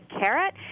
carrot